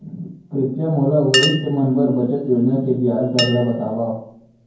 कृपया मोला वरिष्ठ मन बर बचत योजना के ब्याज दर ला बतावव